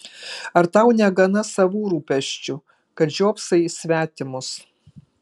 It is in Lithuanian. ar tau negana savų rūpesčių kad žiopsai į svetimus